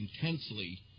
intensely